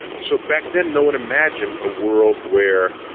ah so back then, no one imagined a world where,